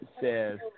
says